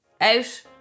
Out